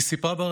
היא סיפרה: